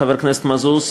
חבר הכנסת מזוז,